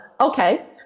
Okay